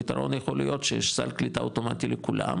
הפתרון יכול להיות שיש סל קליטה אוטומטי לכולם,